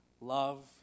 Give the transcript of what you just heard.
love